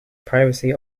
privacy